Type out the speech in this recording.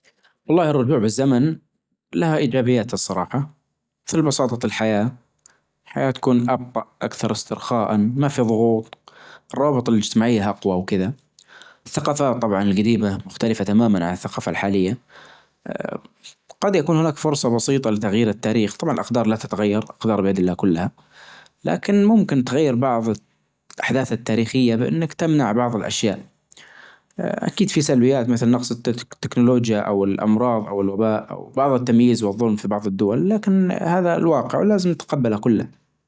أذا رجعت ألف سنة لورا بركز على إني أتعلم أ لغة هذاك العصر تمام أ الفنون اللي في هذاك العصر الحرف اللي كانت تستخدم وقتها، بحاول قدر الإمكان إني أوثق هذيك الحضارة الغنية اللي أنا مسافر لها، أ أساعد الناس في حياتهم اليومية بمعارفي الحالية المتقدمة أ أيش بعد؟ يعني ممكن بناء على معرفتي بالأمراض الشائعة بحاول إني أ أمنع أسبابها من البداية وكدا.